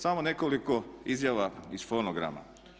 Samo nekoliko izjava iz fonograma.